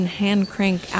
hand-crank